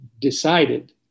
decided